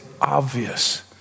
obvious